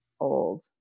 Old